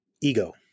ego